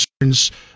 concerns